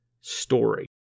story